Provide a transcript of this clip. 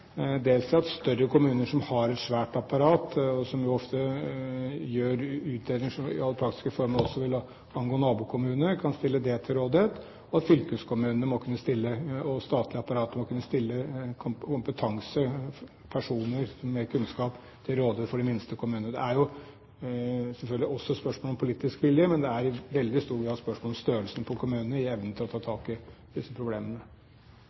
dels i at større kommuner som har et svært apparat, og som ofte gjør utredninger som i praksis også vil angå nabokommunene, kan stille det til rådighet, og at fylkeskommunene og det statlige apparatet må kunne stille kompetanse, personer og mer kunnskap til rådighet for de minste kommunene. Det er jo selvfølgelig også et spørsmål om politisk vilje, men det er i veldig stor grad spørsmål om størrelsen på kommunene når det gjelder evnen til å ta tak i disse problemene.